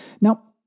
Now